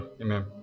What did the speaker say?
Amen